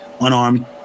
unarmed